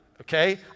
okay